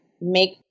make